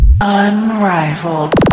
Unrivaled